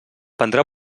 prendrà